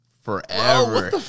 forever